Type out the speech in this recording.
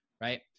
Right